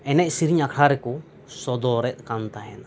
ᱮᱱᱮᱡ ᱥᱮᱨᱮᱧ ᱟᱠᱷᱲᱟ ᱨᱮᱠᱚ ᱥᱚᱫᱚᱨᱮᱫ ᱠᱟᱱ ᱛᱟᱸᱦᱮᱱᱟ